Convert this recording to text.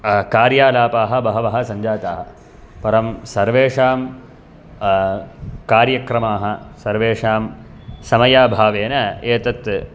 कार्यालापाः बहवः सञ्जाताः परं सर्वेषाम् कार्यक्रमाः सर्वेषां समयाभावेन एतत्